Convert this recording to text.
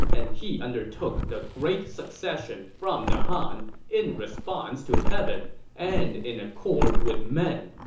and he undertook the great succession from the han in response to heaven and in accord with men,